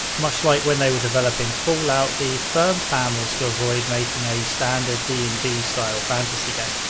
much like when they were developing fallout, the firm plan was to avoid making a standard d and d style fantasy game.